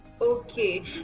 Okay